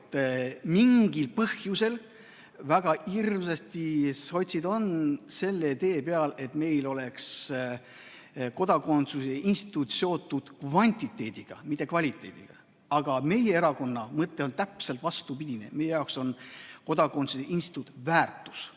mingil põhjusel on sotsid väga hirmsasti selle tee peal, et meil oleks kodakondsuse instituut seotud kvantiteediga, mitte kvaliteediga. Aga meie erakonna mõte on täpselt vastupidine! Meie jaoks on kodakondsuse instituut väärtus.